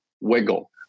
wiggle